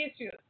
issues